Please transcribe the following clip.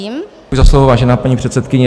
Děkuji za slovo, vážená paní předsedkyně.